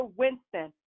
winston